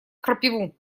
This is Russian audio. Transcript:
крапиву